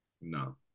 No